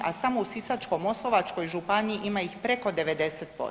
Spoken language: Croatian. A samo u Sisačko-moslavačkoj županiji ima ih preko 90%